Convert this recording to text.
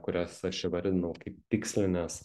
kurias aš įvardinau kaip tikslines